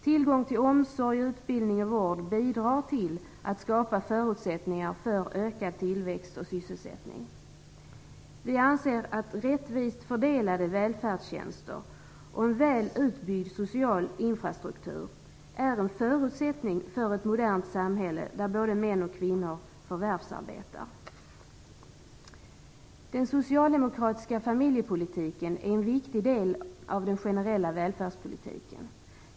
Tillgång till omsorg, utbildning och vård bidrar till att skapa förutsättningar för ökad tillväxt och sysselsättning. Vi anser att rättvist fördelade välfärdstjänster och en väl utbyggd social infrastruktur är en förutsättning för ett modernt samhälle där både män och kvinnor förvärvsarbetar. Den socialdemokratiska familjepolitiken är en viktig del av den generella välfärdspolitiken.